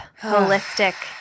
holistic